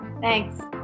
Thanks